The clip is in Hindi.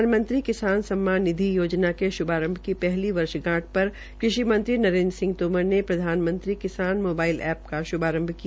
प्रधानमंत्री किसान सम्मान निधि योजना के शुआरंभ की पहली वर्षगांठ पर कषि मंत्री नरेन्द्र सिंह तोमर ने प्रधानमंत्री किसान एप्प का शुभारंभ किया